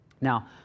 Now